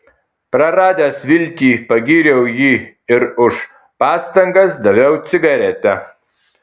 praradęs viltį pagyriau jį ir už pastangas daviau cigaretę